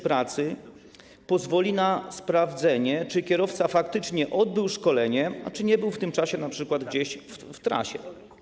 Pracy pozwoli na sprawdzenie, czy kierowca faktycznie odbył szkolenie, czy nie był w tym czasie np. gdzieś w trasie.